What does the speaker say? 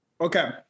okay